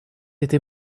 été